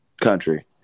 Country